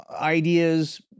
ideas